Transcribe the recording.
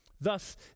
Thus